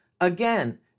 Again